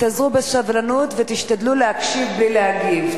התאזרו בסבלנות ותשתדלו להקשיב בלי להגיב.